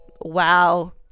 Wow